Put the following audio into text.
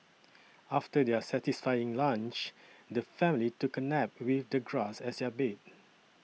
after their satisfying lunch the family took a nap with the grass as their bed